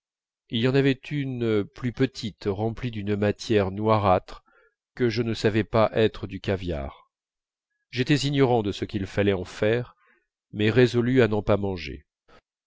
il y en avait une plus petite remplie d'une matière noirâtre que je ne savais pas être du caviar j'étais ignorant de ce qu'il fallait en faire mais résolu à n'en pas manger